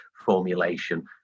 formulation